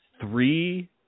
Three